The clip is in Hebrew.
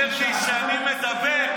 אומר לי שאני מדבר,